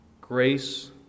grace